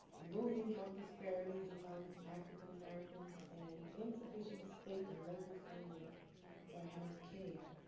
looming health disparities among african-americans, and insufficient state and local funding for health care.